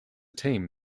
team